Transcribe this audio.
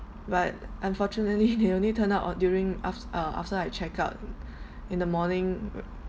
but unfortunately they only turn up on during af~ uh after I check out in the morning